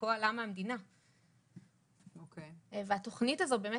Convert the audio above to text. וחלקו עלה מהמדינה והתוכנית הזאת באמת,